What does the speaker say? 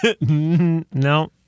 No